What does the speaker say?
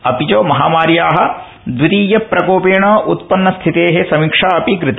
अपि च महामार्या द्वितीयप्रकोपेण उत्पन्न स्थिते समीक्षा अपि कृता